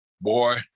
boy